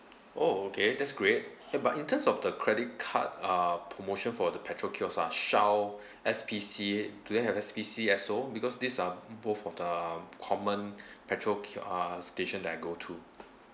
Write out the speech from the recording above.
oh okay that's great eh but in terms of the credit card uh promotion for the petrol kiosk uh Shell S_P_C do they have S_P_C Esso because these are both of the common petrol ki~ uh station that I go to